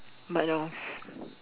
but